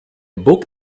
book